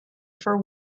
for